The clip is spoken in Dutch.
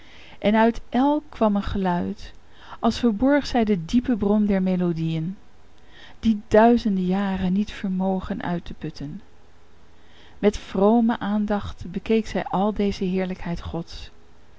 en uit elke kwam een geluid als verborg zij de diepe bron der melodieën die duizenden jaren niet vermogen uit te putten met vrome aandacht bekeek zij al deze heerlijkheid gods